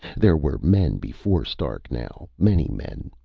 there were men before stark now, many men,